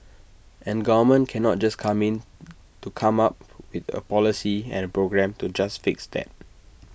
and government cannot just come in to come up with A policy and A program to just fix that